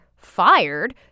fired